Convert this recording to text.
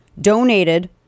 donated